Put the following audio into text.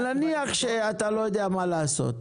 אבל נניח שאתה לא יודע מה לעשות,